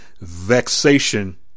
vexation